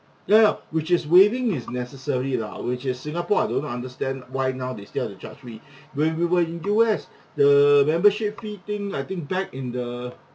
ya ya which is waiving is necessary lah which is singapore I don't understand why now they still have to charge fee when we were in U_S the membership fee thing I think back in the